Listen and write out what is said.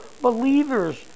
believers